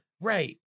Right